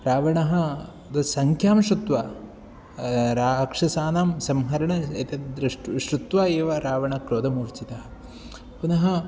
रावणः तद् सङ्ख्यां श्रुत्वा राक्षसानां संहरणम् एतद् दृष्ट्वा श्रुत्वा एव रावणः क्रोधमूर्चितः पुनः